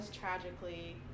tragically